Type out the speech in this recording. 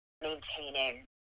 maintaining